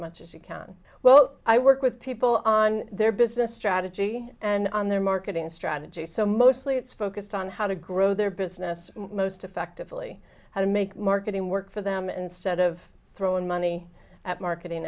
much as you can well i work with people on their business strategy and on their marketing strategy so mostly it's focused on how to grow their business most effectively how to make marketing work for them instead of throwing money at marketing